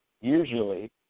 usually